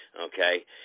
okay